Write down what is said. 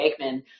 Aikman